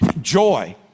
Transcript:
joy